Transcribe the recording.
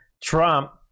Trump